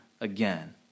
again